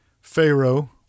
Pharaoh